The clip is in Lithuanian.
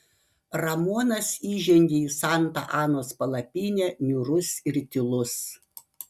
ramonas įžengė į santa anos palapinę niūrus ir tylus